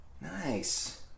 Nice